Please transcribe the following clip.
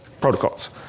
Protocols